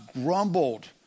grumbled